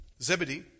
Zebedee